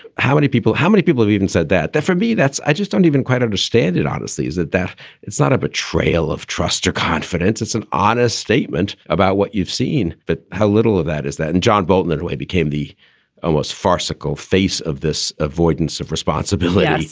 how many people how many people have even said that? definitely. that's. i just don't even quite understand it honestly, is that that it's not a betrayal of trust or confidence. it's an honest statement about what you've seen. but how little of that is that? and john bolton that way became the almost farcical face of this avoidance of responsibility, yeah